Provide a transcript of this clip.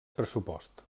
pressupost